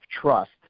trust